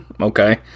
okay